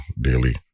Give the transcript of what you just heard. daily